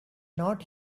not